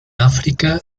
áfrica